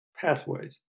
pathways